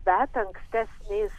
bet ankstesniais